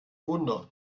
wunder